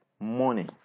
money